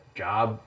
job